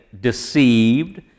deceived